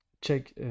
check